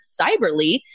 cyberly